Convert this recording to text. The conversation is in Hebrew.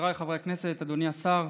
חבריי חברי הכנסת, אדוני השר,